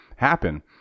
happen